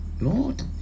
Lord